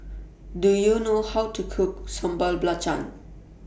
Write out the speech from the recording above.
Do YOU know How to Cook Sambal Belacan